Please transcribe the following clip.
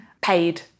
paid